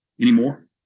anymore